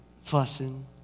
fussing